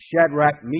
Shadrach